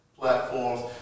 platforms